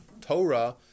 Torah